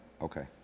Okay